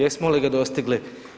Jesmo li ga dostigli?